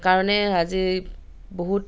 কাৰণে আজি বহুত